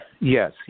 Yes